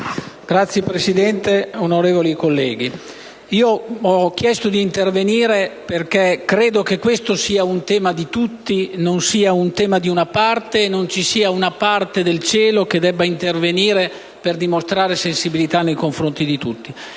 Signora Presidente, onorevoli colleghi, ho chiesto di intervenire perché credo che questo sia un tema di tutti, non solo di una parte, e che non ci sia una parte del cielo che deve intervenire per dimostrare sensibilità nei confronti dell'altra.